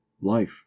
Life